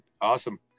Awesome